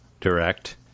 direct